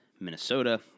Minnesota